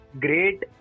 great